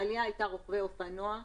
העלייה הייתה רוכבי אופנוע,